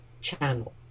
channel